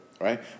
right